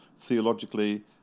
theologically